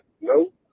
no